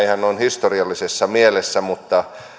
ihan noin historiallisessa mielessä mutta